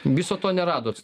viso to neradot